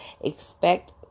Expect